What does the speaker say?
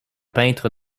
peintre